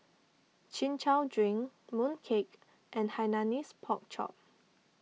Chin Chow Drink Mooncake and Hainanese Pork Chop